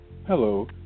Hello